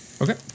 Okay